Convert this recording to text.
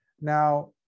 Now